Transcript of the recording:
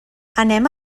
anem